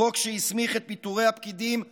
חוק שהסמיך את פיטורי הפקידים הלא-ארים,